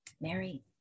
Mary